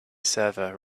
server